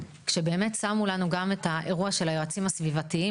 כשבאמת שמו לנו גם את האירוע של היועצים הסביבתיים,